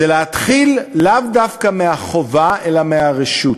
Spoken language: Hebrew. זה להתחיל לאו דווקא מהחובה, אלא מהרשות.